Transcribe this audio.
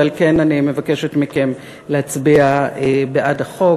ועל כן אני מבקשת מכם להצביע בעד החוק.